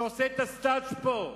שעשה את הסטאז' פה,